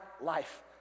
life